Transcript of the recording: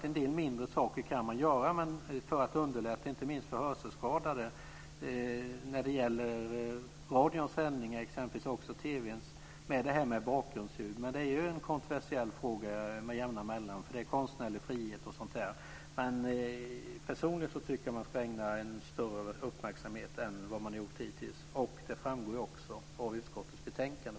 En del mindre saker kan man göra för att underlätta inte minst för hörselskadade. Det gäller exempelvis bakgrundsljud i radions och också i TV:s sändningar. Det är en kontroversiell fråga som kommer upp med jämna mellanrum, eftersom det också handlar om konstnärlig frihet och sådant. Personligen tycker jag att man ska ägna det en större uppmärksamhet än vad man har gjort hittills. Det framgår på den här punkten också av utskottets betänkande.